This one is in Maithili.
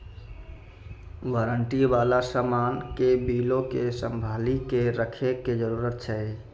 वारंटी बाला समान के बिलो के संभाली के रखै के जरूरत छै